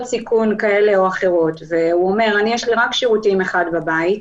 סיכון כאלה ואחרות והוא אומר שיש לו רק שירותים אחד בבית,